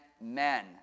men